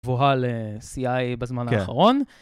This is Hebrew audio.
קבועה ל-CI בזמן האחרון.